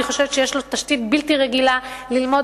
אני חושבת שיש לו תשתית בלתי רגילה ללמוד